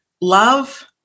love